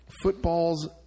Football's